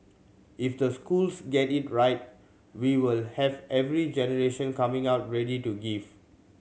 if the schools get it right we will have every generation coming out ready to give